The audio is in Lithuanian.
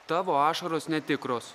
tavo ašaros netikros